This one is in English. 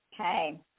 Okay